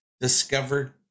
discovered